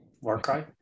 Warcry